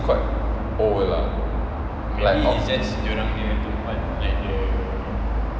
quite old lah